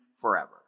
forever